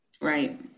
right